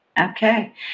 Okay